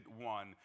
one